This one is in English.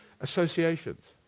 Associations